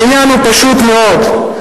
העניין הוא פשוט מאוד,